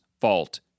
fault